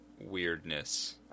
weirdness